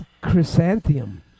chrysanthemum